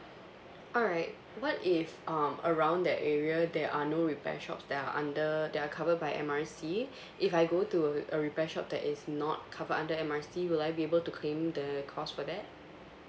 alright what if um around that area there are no repair shops that are under that are covered by M R C if I go to a repair shop that is not covered under M R C will I be able to claim the cost for that